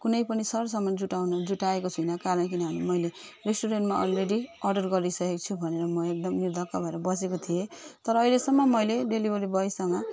कुनै पनि सरसामान जुटाउनु जुटाएको छैन कारण किनभने मैले रेस्ट्रुरेन्टमा अलरेडी अर्डर गरिसकेको छु भनेर म एकदम निर्धक्क भएर बसेको थिएँ र अहिलेसम्म मैले डिलिभेरी बोयसँग